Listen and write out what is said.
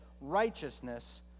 righteousness